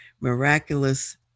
miraculous